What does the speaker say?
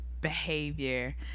behavior